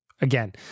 Again